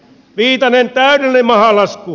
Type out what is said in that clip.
viitanen täydellinen mahalasku